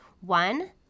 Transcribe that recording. one